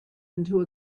into